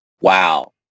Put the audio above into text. Wow